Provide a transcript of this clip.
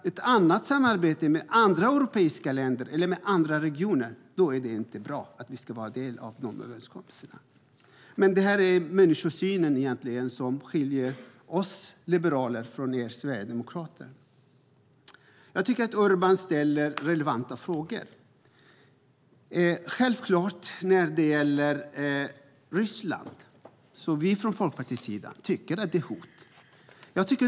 Ett samarbete med andra europeiska länder eller regioner är däremot inte bra. Dessa överenskommelser ska vi inte vara en del av. Det är människosynen som skiljer oss liberaler från Sverigedemokraterna. Jag tycker att Urban ställer relevanta frågor. När det gäller Ryssland tycker vi från Folkpartiets sida att det är fråga om hot.